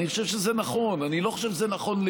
אני חושב שזה נכון.